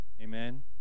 amen